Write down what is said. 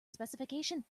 specification